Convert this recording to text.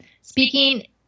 speaking